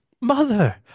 Mother